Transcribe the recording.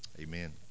Amen